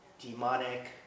demonic